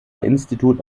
institute